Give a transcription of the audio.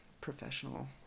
professional